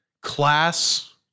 class